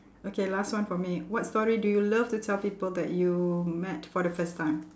okay last one for me what story do you love to tell people that you met for the first time